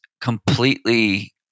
completely